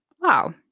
Wow